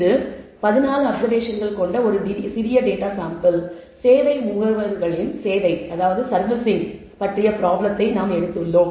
இது 14 அப்சர்வேஷன்கள் கொண்ட சிறிய டேட்டா சாம்பிள் சேவை முகவர்களின்' சேவை பற்றிய ப்ராப்ளம் நாம் எடுத்துள்ளோம்